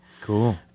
cool